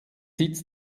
sitz